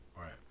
Right